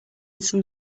some